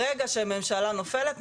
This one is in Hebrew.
ברגע שהממשלה נופלת,